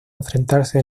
enfrentarse